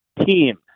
team